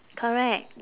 correct